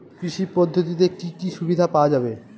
কৃষি পদ্ধতিতে কি কি সুবিধা পাওয়া যাবে?